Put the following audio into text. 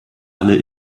alle